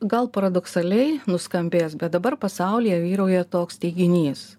gal paradoksaliai nuskambės bet dabar pasaulyje vyrauja toks teiginys